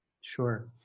Sure